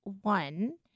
One